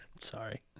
Sorry